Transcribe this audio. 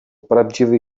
prawdziwy